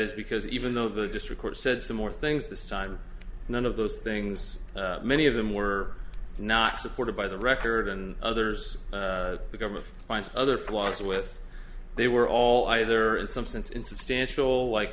is because even though the district court said similar things this time none of those things many of them were not supported by the record and others the government finds other flaws with they were all either in some sense insubstantial like